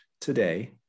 today